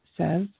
says